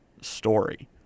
story